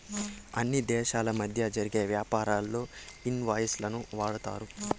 అన్ని దేశాల మధ్య జరిగే యాపారాల్లో ఇన్ వాయిస్ లను వాడతారు